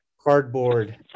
cardboard